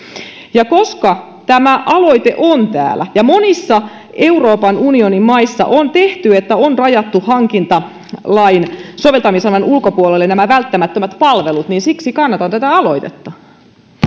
koska tämä aloite on täällä ja monissa euroopan unionin maissa on tehty niin että on rajattu hankintalain soveltamisalan ulkopuolelle nämä välttämättömät palvelut niin siksi kannatan tätä aloitetta